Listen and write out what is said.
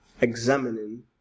examining